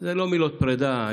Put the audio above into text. אלה לא מילות פרידה,